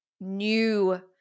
new